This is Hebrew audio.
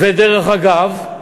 ודרך אגב,